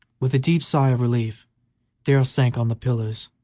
with a deep sigh of relief darrell sank on the pillows,